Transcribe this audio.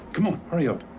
come on. hurry up.